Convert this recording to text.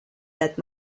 that